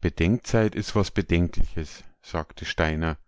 bedenkzeit is was bedenkliches sagte steiner